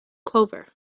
clover